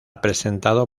presentado